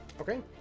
Okay